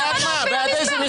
מי נגד?